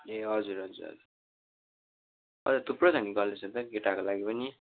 ए हजुर हजुर हजुर हजुर थुप्रो छ नि कलेजहरू त केटाहरूको लागि पनि